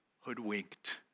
hoodwinked